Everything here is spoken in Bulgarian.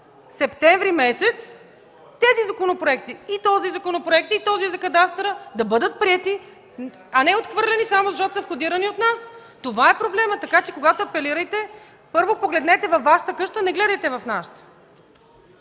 септември месец тези законопроекти – и този, и онзи за кадастъра, да бъдат приети, а не отхвърлени, само защото са входирани от нас? Това е проблемът. Така че когато апелирате, първо погледнете във Вашата къща, а не гледайте в нашата!